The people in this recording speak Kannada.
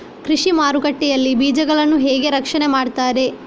ಕೃಷಿ ಮಾರುಕಟ್ಟೆ ಯಲ್ಲಿ ಬೀಜಗಳನ್ನು ಹೇಗೆ ರಕ್ಷಣೆ ಮಾಡ್ತಾರೆ?